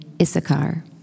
Issachar